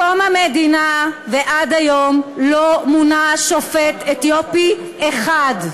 מקום המדינה ועד היום לא מונה שופט אתיופי אחד.